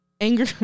anger